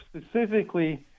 specifically